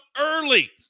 early